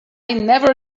never